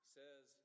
says